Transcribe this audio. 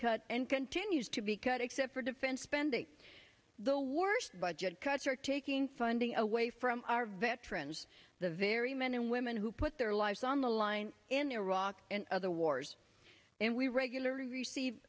cut and continues to be cut except for defense spending the worst budget cuts are taking funding away from our veterans the very men and women who put their lives on the line in iraq and other wars and we regularly receive